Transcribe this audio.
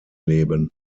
leben